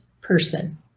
person